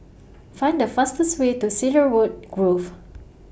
Find The fastest Way to Cedarwood Grove